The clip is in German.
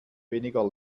weniger